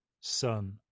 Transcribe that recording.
son